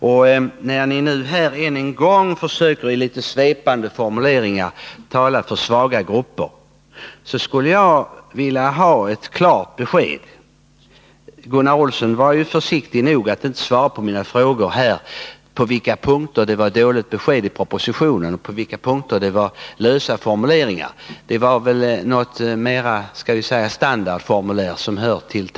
Gunnar Olsson var försiktig nog att inte svara på mina frågor på vilka punkter propositionen lämnade dåliga besked och på vilka punkter propositionen innehöll lösa formuleringar — det var väl sådana standardformuleringar som hör till.